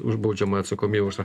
už baudžiamąją atsakomybę už tą